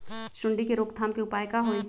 सूंडी के रोक थाम के उपाय का होई?